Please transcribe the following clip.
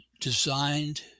designed